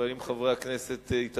אבל אם חברי הכנסת יתעקשו,